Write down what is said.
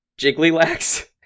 Jigglylax